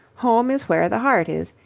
home is where the heart is,